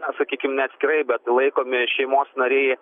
na sakykim ne atskirai bet laikomi šeimos nariai